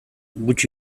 gutxi